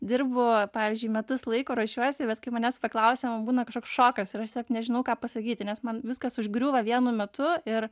dirbu pavyzdžiui metus laiko ruošiuosi bet kai manęs paklausia man būna kažkoks šokas ir aš tiesiog nežinau ką pasakyti nes man viskas užgriūva vienu metu ir